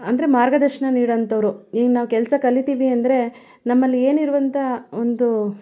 ಅಂದರೆ ಮಾರ್ಗದರ್ಶನ ನೀಡುವಂಥವ್ರು ಈಗ ನಾವು ಕೆಲಸ ಕಲಿತೀವಿ ಅಂದರೆ ನಮ್ಮಲ್ಲಿ ಏನಿರುವಂಥ ಒಂದು